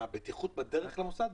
בטיחות בדרך למוסד?